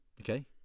Okay